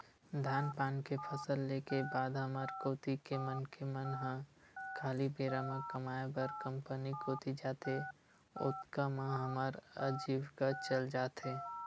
धान पान के फसल ले के बाद हमर कोती के मनखे मन ह खाली बेरा म कमाय बर कंपनी कोती जाथे, ओतका म हमर अजीविका चल जाथे